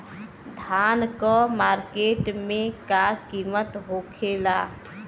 धान क मार्केट में का कीमत होखेला?